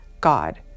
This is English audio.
God